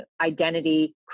identity